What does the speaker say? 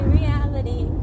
reality